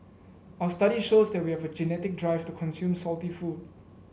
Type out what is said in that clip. our study shows that we have a genetic drive to consume salty food